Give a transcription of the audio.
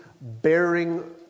bearing